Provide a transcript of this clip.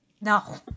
No